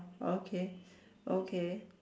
okay okay